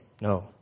No